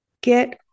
get